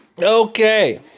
Okay